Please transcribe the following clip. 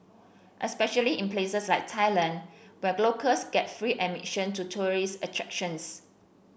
especially in places like Thailand where locals get free admission to tourist attractions